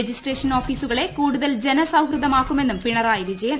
registration ഓഫീസുകളെ കൂടുതൽ ജനസൌഹൃദമാക്കുമെന്നുംപിണറായി വിജയൻ